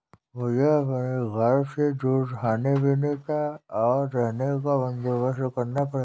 मुझे अपने घर से दूर खाने पीने का, और रहने का बंदोबस्त करना पड़ेगा